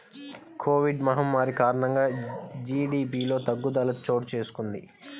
Covid మహమ్మారి కారణంగా జీడీపిలో తగ్గుదల చోటుచేసుకొంది